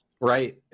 Right